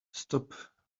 stop